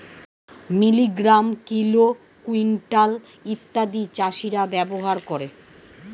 milligram, kilo, quintal ইত্যাদি চাষীরা ব্যবহার করে